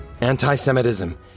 Anti-Semitism